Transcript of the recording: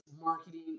marketing